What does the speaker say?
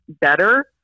better